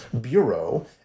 bureau